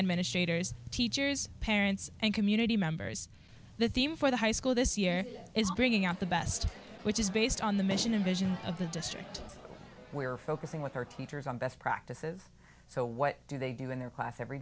administrators teachers parents and community members the theme for the high school this year is bringing out the best which is based on the mission and vision of the district we're focusing with our teachers on best practices so what do they do in their class every